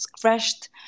crashed